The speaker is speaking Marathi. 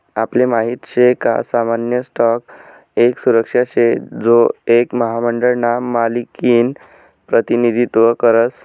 आपले माहित शे का सामान्य स्टॉक एक सुरक्षा शे जो एक महामंडळ ना मालकिनं प्रतिनिधित्व करस